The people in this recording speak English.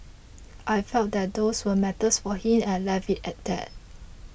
I felt that those were matters for him and I left it at that